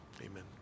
Amen